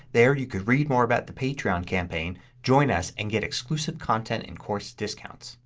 there you could read more about the patreon campaign. join us and get exclusive content and course discounts.